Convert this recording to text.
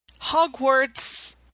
Hogwarts